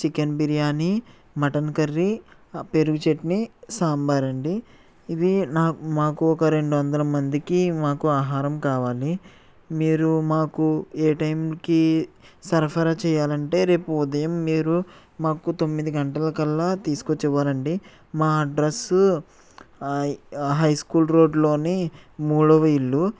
chicken biryani mutton curry పెరుగు చట్నీ సాంబార్ అండి ఇవి నాకు మాకు ఒక రెండు వందల మందికి మాకు ఆహారం కావాలి మీరు మాకు ఏ టైంకి సరఫరా చెయ్యాలంటే రేపు ఉదయం మీరు మాకు తొమ్మిది గంటలకల్లా తీసుకొచ్చి ఇవ్వాలండి మా అడ్రస్ హై స్కూల్ రోడ్లోని మూడవ ఇల్లు